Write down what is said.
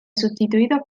sustituidos